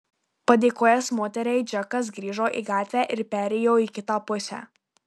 padėkojęs moteriai džekas grįžo į gatvę ir perėjo į kitą pusę